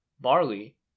barley